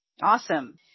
Awesome